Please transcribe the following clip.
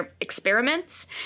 experiments